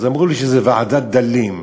אז אמרו לי שזה ועדת דלים: